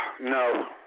No